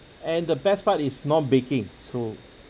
and the best part is not baking so